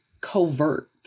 covert